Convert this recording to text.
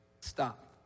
stop